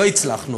לא הצלחנו.